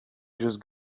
just